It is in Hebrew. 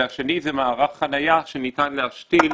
והשני זה מערך חניה שניתן להשתיל